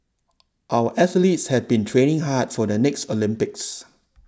our athletes have been training hard for the next Olympics